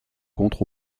contre